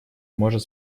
может